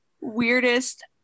weirdest